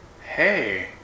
Hey